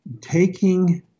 taking